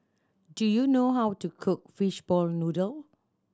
do you know how to cook fishball noodle